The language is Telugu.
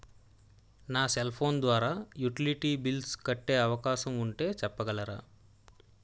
నా సెల్ ఫోన్ ద్వారా యుటిలిటీ బిల్ల్స్ కట్టే అవకాశం ఉంటే చెప్పగలరా?